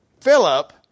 Philip